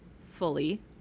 fully